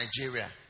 Nigeria